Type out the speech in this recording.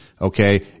okay